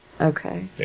Okay